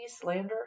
slander